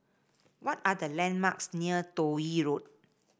what are the landmarks near Toh Yi Road